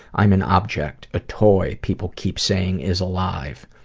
i'm an object, a toy people keep saying is alive.